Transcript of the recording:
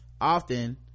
often